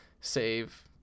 save